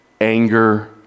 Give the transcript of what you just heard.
anger